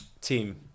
team